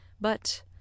but